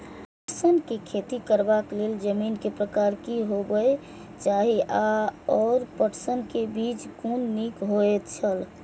पटसन के खेती करबाक लेल जमीन के प्रकार की होबेय चाही आओर पटसन के बीज कुन निक होऐत छल?